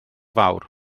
fawr